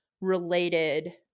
related